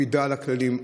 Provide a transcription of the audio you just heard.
מקפידה על הכללים,